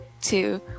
two